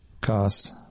cost